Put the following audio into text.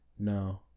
no